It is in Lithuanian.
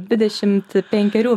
dvidešimt penkerių